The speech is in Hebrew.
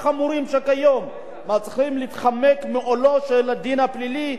מצליחים להתחמק מעולו של הדין הפלילי כן יועמדו לדין